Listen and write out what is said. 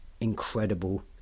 incredible